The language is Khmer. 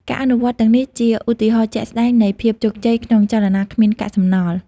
ការអនុវត្តទាំងនេះជាឧទាហរណ៍ជាក់ស្តែងនៃភាពជោគជ័យក្នុងចលនាគ្មានកាកសំណល់។